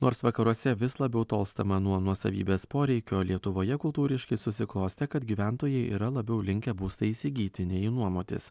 nors vakaruose vis labiau tolstama nuo nuosavybės poreikio lietuvoje kultūriškai susiklostė kad gyventojai yra labiau linkę būstą įsigyti nei jį nuomotis